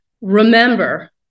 remember